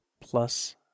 plus